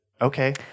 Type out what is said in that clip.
okay